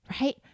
right